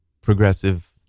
progressive